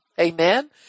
Amen